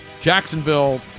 jacksonville